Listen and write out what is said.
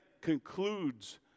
concludes